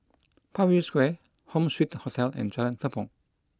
Parkview Square Home Suite Hotel and Jalan Tepong